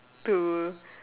to